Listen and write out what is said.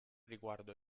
riguardo